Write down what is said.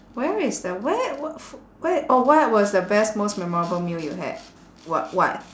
where is the where wh~ f~ where orh what was the best most memorable meal you had what what